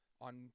on